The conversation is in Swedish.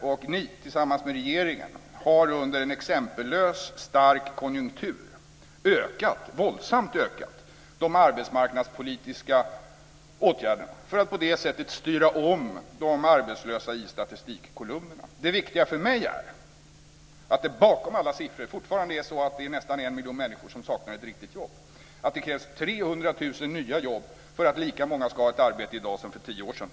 Vänsterpartiet har tillsammans med regeringen under en exempellöst stark konjunktur våldsamt ökat de arbetsmarknandspolitiska åtgärderna för att på det sättet styra om de arbetslösa i statistikkolumnerna. Det viktiga för mig är att det bakom alla siffror fortfarande är nästan 1 miljon människor som saknar ett riktigt jobb. Det krävs 300 000 nya jobb för att lika många ska ha ett arbete i dag som för tio år sedan.